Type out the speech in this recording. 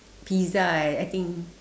pizza I I think